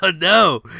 No